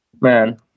man